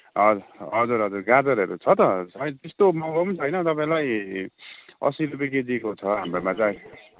हजुर हजुर गाजरहरू छ त सायद त्यस्तो महँगो पनि छैन तपाईँलाई असी रुपियाँ केजीको छ हाम्रोमा चाहिँ अहिले